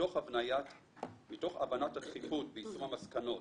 מתוך הבנת הדחיפות ויישום המסקנות,